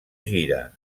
gira